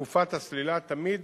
שבתקופת הסלילה תמיד